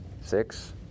six